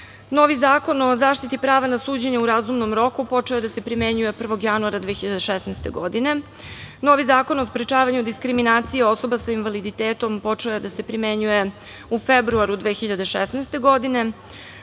Novi Zakon o zaštiti prava na suđenje u razumnom roku počeo je da se primenjuje od 1. januara 2016. godine. Novi Zakon o sprečavanju diskriminacije osoba sa invaliditetom počeo da se primenjuje u februaru 2016. godine. Zakon